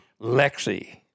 Lexi